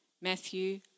Matthew